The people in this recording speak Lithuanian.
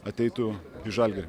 ateitų į žalgirį